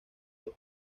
los